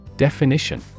Definition